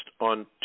on